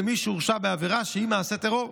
בעבור מי שהורשע בעבירה שהיא מעשה טרור.